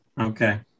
Okay